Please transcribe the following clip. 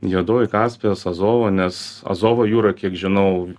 juodoji kaspijos azovo nes azovo jūroj kiek žinau